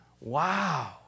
Wow